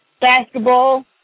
basketball